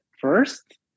first